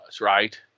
right